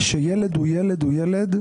שילד הוא ילד הוא ילד,